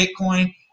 Bitcoin